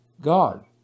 God